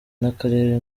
n’akarere